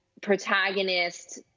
protagonist